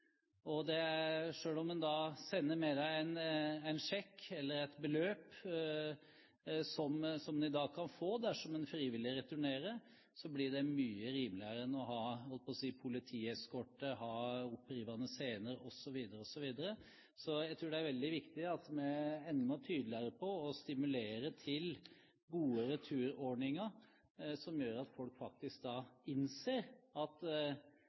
om en sender med dem en sjekk eller et beløp som de kan få dersom de frivillig returnerer, blir det mye rimeligere enn å ha politieskorte, ha opprivende scener, osv. Så jeg tror det er veldig viktig at vi er enda tydeligere på å stimulere til gode returordninger som gjør at folk faktisk innser at